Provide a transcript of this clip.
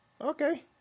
Okay